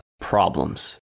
problems